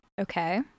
Okay